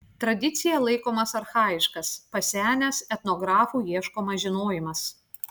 tradicija laikomas archajiškas pasenęs etnografų ieškomas žinojimas